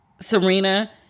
Serena